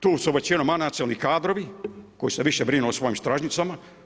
Tu su većinom anacionalni kadrovi koji se više brinu o svojim stražnjicama.